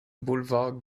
boulevard